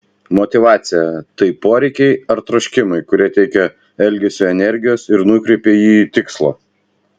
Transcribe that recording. motyvacija tai poreikiai ar troškimai kurie teikia elgesiui energijos ir nukreipia jį į tikslą